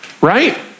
right